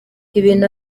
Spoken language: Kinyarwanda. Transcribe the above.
ibintu